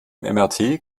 mrt